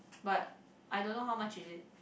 but I don't know how much is it